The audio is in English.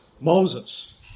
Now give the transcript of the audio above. Moses